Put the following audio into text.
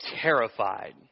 terrified